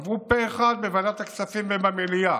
בוועדת הכספים ובמליאה,